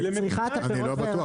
אני לא בטוח,